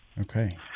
okay